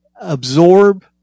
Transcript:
absorb